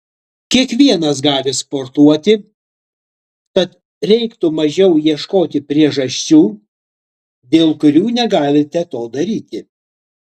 kiekvienas gali sportuoti tad reiktų mažiau ieškoti priežasčių dėl kurių negalite to daryti